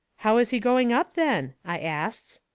how is he going up, then? i asts.